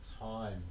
time